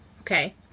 okay